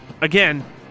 again